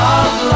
Love